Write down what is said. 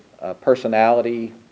personality